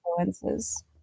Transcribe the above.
influences